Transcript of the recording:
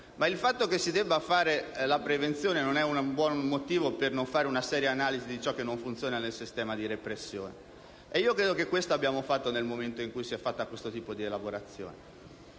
Ma il fatto che si debba fare una prevenzione non è un buon motivo per non fare una seria analisi di ciò che non funziona nel sistema di repressione ed io credo che questo abbiamo fatto nel momento in cui si è compiuto questo tipo di elaborazione.